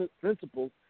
principles